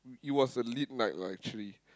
it was lit night lah actually